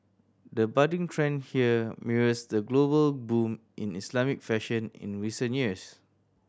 the budding trend here mirrors the global boom in Islamic fashion in recent years